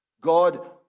God